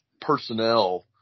personnel